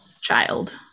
child